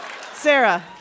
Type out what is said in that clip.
Sarah